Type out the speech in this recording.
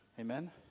Amen